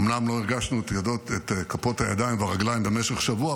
אומנם לא הרגשנו את כפות הידיים והרגליים במשך שבוע,